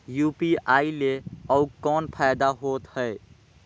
UPI ले अउ कौन फायदा होथ है?